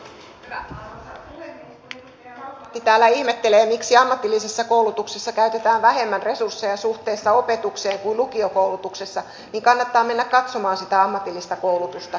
kun edustaja lauslahti täällä ihmettelee miksi ammatillisessa koulutuksessa käytetään vähemmän resursseja suhteessa opetukseen kuin lukiokoulutuksessa niin kannattaa mennä katsomaan sitä ammatillista koulutusta